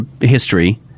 history